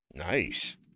Nice